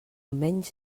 menys